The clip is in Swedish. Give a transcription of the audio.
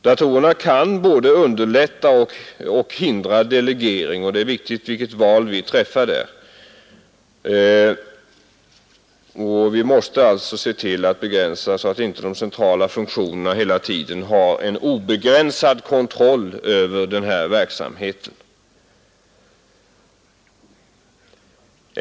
Datorerna kan både underlätta och hindra beslutsdelegering, och det är viktigt vilket val vi träffar där. Vi måste alltså se till att göra begränsningar, så att inte endast de centrala samhällsfunktionerna får en obegränsad roll i den här verksamheten.